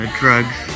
drugs